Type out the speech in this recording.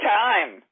time